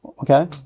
Okay